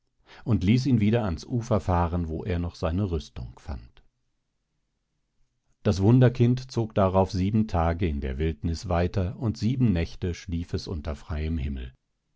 und ließ ihn wieder ans ufer fahren wo er noch seine rüstung fand das wunderkind zog darauf sieben tage in der wildniß weiter und sieben nächte schlief es unter freiem himmel